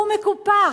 הוא מקופח.